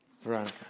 Veronica